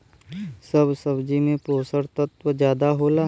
सब सब्जी में पोसक तत्व जादा होला